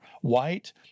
white